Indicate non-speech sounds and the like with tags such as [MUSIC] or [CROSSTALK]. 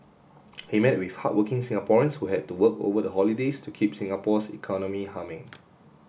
[NOISE] he met with hard working Singaporeans who had to work over the holidays to keep Singapore's economy humming